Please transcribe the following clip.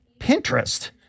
Pinterest